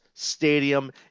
stadium